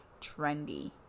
trendy